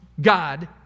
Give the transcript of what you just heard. God